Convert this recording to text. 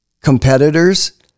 competitors